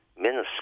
minuscule